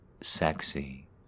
sexy